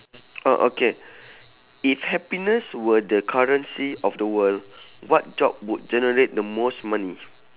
oh okay if happiness were the currency of the world what job would generate the most money